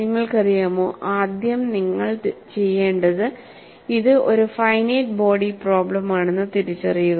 നിങ്ങൾക്കറിയാമോ ആദ്യം നിങ്ങൾ ചെയ്യേണ്ടത് ഇത് ഒരു ഫൈനൈറ്റ് ബോഡി പ്രോബ്ലെമാണെന്ന് തിരിച്ചറിയുക